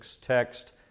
Text